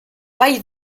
vall